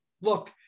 Look